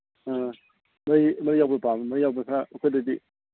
ꯑ ꯃꯔꯤ ꯃꯔꯤ ꯌꯥꯎꯕ ꯄꯥꯝꯃꯤ ꯃꯔꯤ ꯌꯥꯎꯕꯅ ꯈꯔ ꯑꯩꯈꯣꯏꯗꯗꯤ